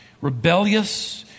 rebellious